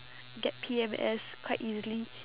get P_M_S quite easily